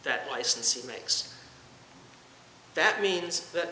that licensee makes that means that